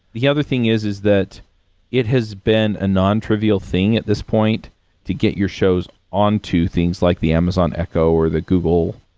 the other thing is, is that it has been a nontrivial thing at this point to get your shows on to things like the amazon echo or google.